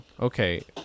Okay